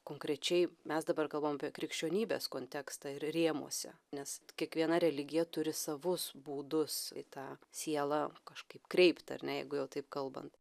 konkrečiai mes dabar galvojam apie krikščionybės kontekstą ir rėmuose nes kiekviena religija turi savus būdus į tą sielą kažkaip kreipt ar ne jeigu jau taip kalbant